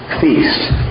feast